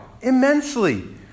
Immensely